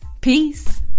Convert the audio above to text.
Peace